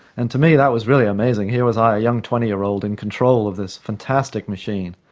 and to me that was really amazing. here was i, a young twenty year old, in control of this fantastic machine.